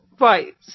Right